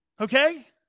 Okay